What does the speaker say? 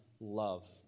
love